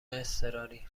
اضطراری